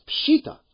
Pshita